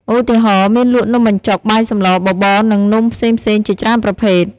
ឧទាហរណ៍ មានលក់នំបញ្ចុក បាយសម្លរ បបរ និងនំផ្សេងៗជាច្រើនប្រភេទ។